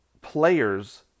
players